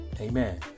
Amen